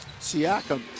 Siakam